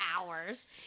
hours